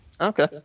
okay